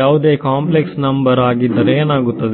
ಯಾವುದೋ complex number ಹಾಗಿದ್ದರೆ ಏನಾಗುತ್ತದೆ